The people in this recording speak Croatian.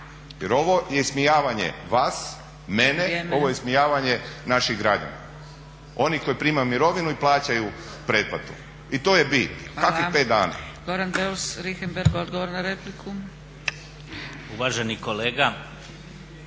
Jer ovo je ismijavanje vas, mene, ovo je ismijavanje naših građana, oni koji primaju mirovinu i plaćaju pretplatu i to je bit. Kakvih pet dana.